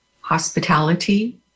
hospitality